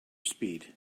speed